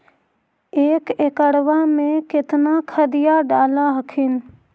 एक एकड़बा मे कितना खदिया डाल हखिन?